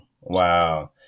Wow